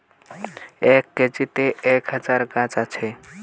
এক কেজিতে এক হাজার গ্রাম আছে